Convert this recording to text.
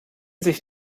sich